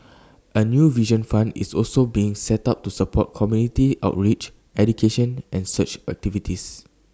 A new vision fund is also being set up to support community outreach education and search activities